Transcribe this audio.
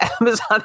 Amazon